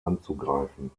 anzugreifen